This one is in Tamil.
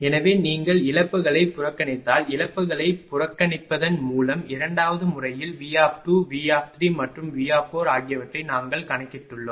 எனவே நீங்கள் இழப்புகளைப் புறக்கணித்தால் இழப்புகளைப் புறக்கணிப்பதன் மூலம் இரண்டாவது முறையில் V V மற்றும் V ஆகியவற்றை நாங்கள் கணக்கிட்டுள்ளோம்